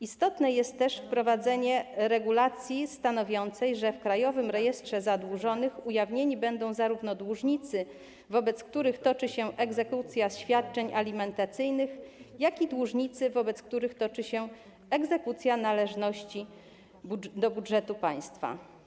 Istotne jest też wprowadzenie regulacji stanowiącej, że w Krajowym Rejestrze Zadłużonych ujawnieni będą zarówno dłużnicy, wobec których toczy się egzekucja świadczeń alimentacyjnych, jak i dłużnicy, wobec których toczy się egzekucja należności do budżetu państwa.